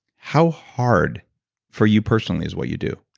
how hard for you personally is what you do?